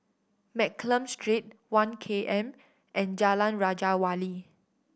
Mccallum Street One K M and Jalan Raja Wali